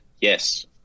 Yes